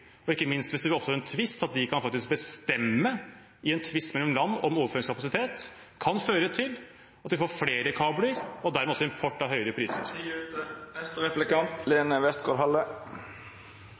– ikke minst hvis det oppstår en tvist, at de faktisk kan bestemme i en tvist mellom land om overføringskapasitet – kan føre til at vi får flere kabler og dermed også import av høyere priser.